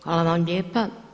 Hvala vam lijepa.